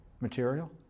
material